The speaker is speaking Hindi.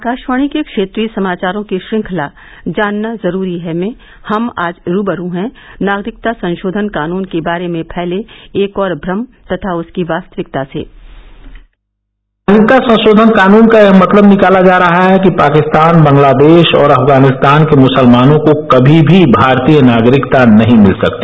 आकाशवाणी के क्षेत्रीय समाचारों की श्रृंखला जानना जरूरी है में हम आज रूबरू हैं नागरिकता संशोधन कानून के बारे में फैले एक और भ्रम तथा उसकी वास्तविकता से नागरिकता संशोधन कानून का यह मतलब निकाला जा रहा है कि पाकिस्तान बांग्लादेश और अफगानिस्तान के मुसलमानों को कभी भी भारतीय नागरिकता नहीं मिल सकती